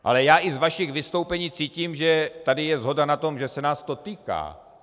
Ale já i z vašich vystoupení cítím, že tady je shoda na tom, že se nás to týká.